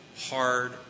hard